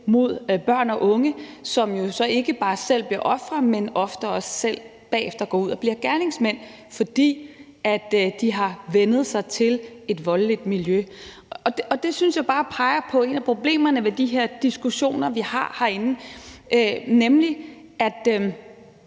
mod børn og unge, som jo så ikke bare selv bliver ofre, men ofte også selv bagefter går ud og bliver gerningsmænd, fordi de har vænnet sig til et voldeligt miljø? Det synes jeg bare peger på et af problemerne ved de her diskussioner, vi har herinde, nemlig at